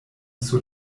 sur